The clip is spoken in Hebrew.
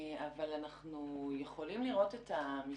אבל אנחנו יכולים לראות את המספרים,